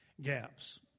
gaps